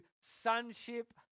sonship